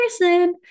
person